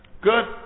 Good